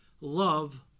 love